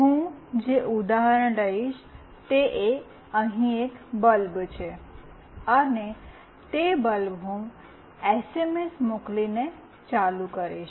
હું જે ઉદાહરણ લઈશ તે અહીં એક બલ્બ છે અને તે બલ્બ હું એસએમએસ મોકલીને ચાલુ કરીશ